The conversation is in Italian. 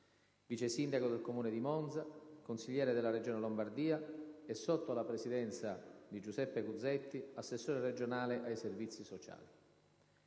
vice Sindaco del Comune di Monza, consigliere della Regione Lombardia e, sotto la presidenza di Giuseppe Guzzetti, assessore regionale ai servizi sociali.